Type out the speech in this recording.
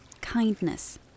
kindness